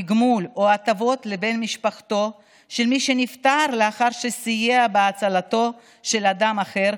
תגמול או הטבות לבן משפחתו של מי שנפטר לאחר שסייע בהצלתו של אדם אחר,